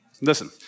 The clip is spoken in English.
Listen